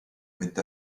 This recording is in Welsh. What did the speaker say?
mynd